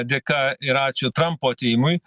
dėka ir ačiū trampo atėjimui